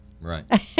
Right